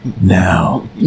Now